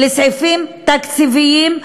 לסעיפים תקציביים,